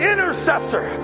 intercessor